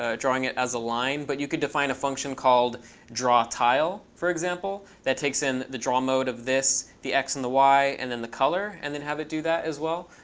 ah drawing it as a line. but you could define a function called draw tile, for example, that takes in the draw mode of this, the x and the y, and then the color and then have it do that as well.